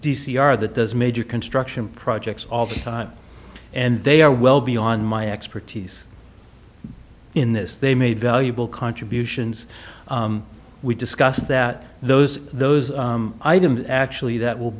c are the does major construction projects all the time and they are well beyond my expertise in this they made valuable contributions we discussed that those those items actually that will